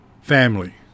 Family